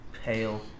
pale